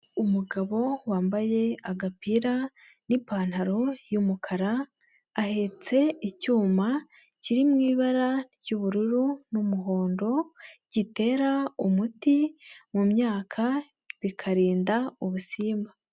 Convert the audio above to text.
Umugabo wambaye agapira n'ipantaro y'umukara, ahetse icyuma kiri mu ibara ry'ubururu n'umuhondo, gitera umuti mu myaka bikarinda ubusimba.